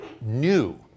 new